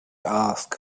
ask